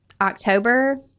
October